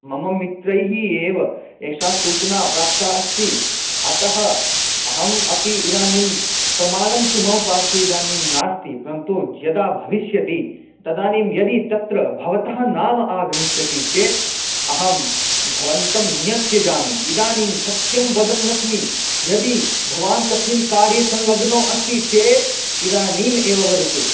मम मित्रैः एव एषा सूचना प्राप्ता अस्ति अतः अहम् अपि इदानीं प्रमाणं तु मम पार्श्वे इदानीं नास्ति परन्तु यदा भविष्यति तदानीं यदि तत्र भवतः नाम आगमिष्यति चेत् अहं भवन्तं न त्यजामि इदानीं सत्यं वदन्नस्मि यदि भवान् तस्मिन् कार्ये संल्लग्नो अस्ति चेत् इदानीम् एव वदतु